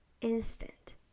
instant